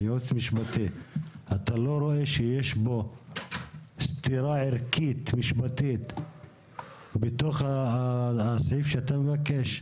אתה לא רואה שיש כאן סתירה ערכית-משפטית בסעיף שאתה מבקש?